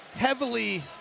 heavily